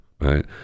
right